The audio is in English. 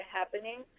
happening